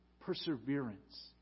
perseverance